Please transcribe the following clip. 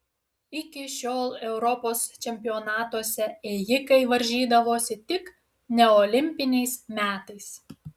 iki šiol europos čempionatuose ėjikai varžydavosi tik neolimpiniais metais